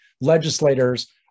legislators